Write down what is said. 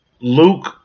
Luke